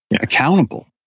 accountable